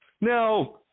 Now